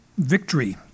victory